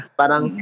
parang